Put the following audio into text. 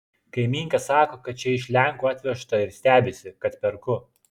kaimynka sako kad čia iš lenkų atvežta ir stebisi kad perku